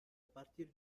partir